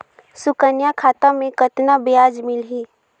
सुकन्या खाता मे कतना ब्याज मिलही?